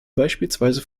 beispielsweise